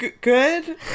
good